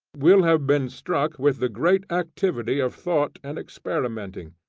will have been struck with the great activity of thought and experimenting.